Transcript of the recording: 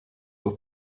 were